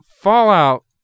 Fallout